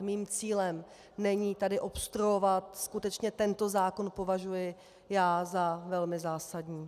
Mým cílem není tedy obstruovat, skutečně tento zákon považuji já za velmi zásadní.